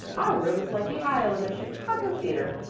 our room is like the aisle in a chicago theatre.